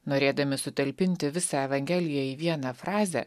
norėdami sutalpinti visą evangeliją į vieną frazę